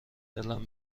دلم